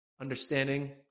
understanding